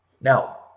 Now